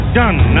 done